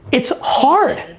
it's hard.